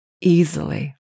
easily